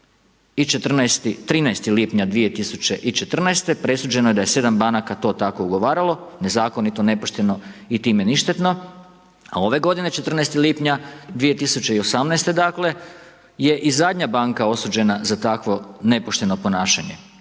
I 13. lipnja 2014. presuđeno je da je 7 banaka to tako ugovaralo nezakonito, nepošteno i time ništetno a ove godine 14. lipnja 2018. dakle je i zadnja banka osuđena za takvo nepošteno ponašanje.